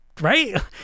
Right